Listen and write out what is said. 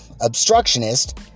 obstructionist